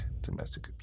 domestic